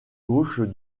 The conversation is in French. gauche